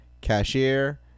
cashier